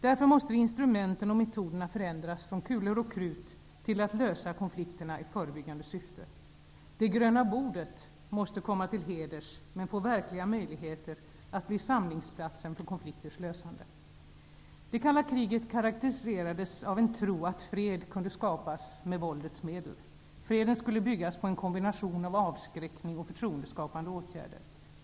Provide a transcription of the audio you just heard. Därför måste instrumenten och metoderna förändras från kulor och krut till att lösa konflikterna i förebyggande syfte. ''Det gröna bordet'' måste komma till heders men få verkliga möjligheter att bli samlingsplatsen för konflikters lösande. Det kalla kriget karakteriserades av en tro att fred kunde skapas med våldets medel. Freden skulle byggas på en kombination av avskräckning och förtroendeskapande åtgärder.